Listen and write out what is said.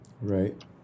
Right